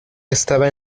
estaba